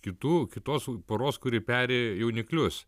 kitų kitos poros kuri peri jauniklius